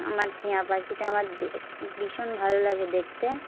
আমার টিয়া পাখিটা আমার দে ভীষণ ভালো লাগে দেখতে